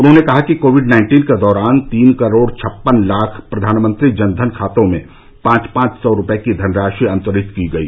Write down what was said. उन्होंने कहा कि कोविड नाइन्टीन के दौरान तीन करोड़ छप्पन लाख प्रधानमंत्री जनधन खातों में पांच पांच सौ रूपये की धनराशि अंतरित की गई